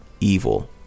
evil